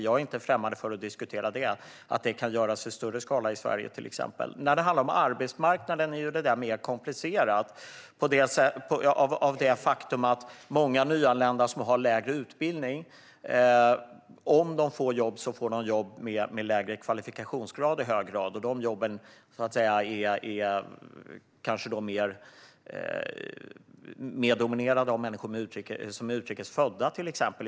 Jag är inte främmande för att diskutera att det till exempel kan göras i större skala i Sverige. När det handlar om arbetsmarknaden är det mer komplicerat av det faktum att många nyanlända har lägre utbildning. Om de får jobb får de i hög grad jobb med lägre kvalifikationsgrad. De jobben är kanske mer dominerade av människor som till exempel är utrikes födda.